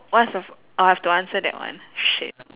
what's a f~ orh I have to answer that one shit